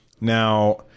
now